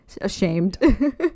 ashamed